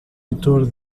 leitor